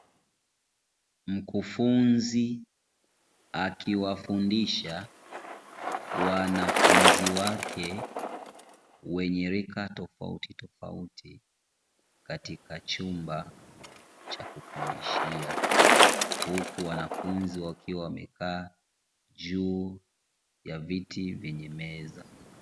Mkufunzi akiwafundisha wanafunzi wake, wenye rika tofautitofauti katika chumba cha kufundishia. Huku wanafunzi wakiwa wamekaa juu ya viti vyenye meza.